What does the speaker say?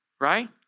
Right